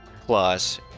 Plus